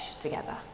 together